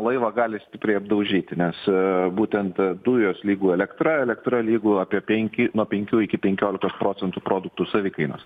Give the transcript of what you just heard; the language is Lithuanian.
laivą gali stipriai apdaužyti nes būtent dujos lygų elektra elektra lygų apie penki nuo penkių iki penkiolikos procentų produktų savikainos